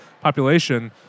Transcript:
population